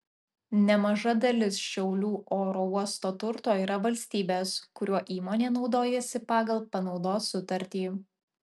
nemaža dalis šiaulių oro uosto turto yra valstybės kuriuo įmonė naudojasi pagal panaudos sutartį